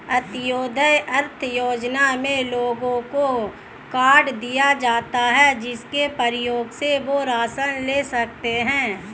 अंत्योदय अन्न योजना में लोगों को कार्ड दिए जाता है, जिसके प्रयोग से वह राशन ले सकते है